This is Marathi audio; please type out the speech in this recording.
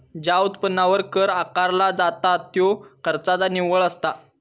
ज्या उत्पन्नावर कर आकारला जाता त्यो खर्चाचा निव्वळ असता